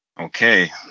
Okay